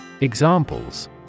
Examples